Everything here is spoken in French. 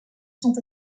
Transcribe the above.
sont